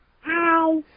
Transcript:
Hi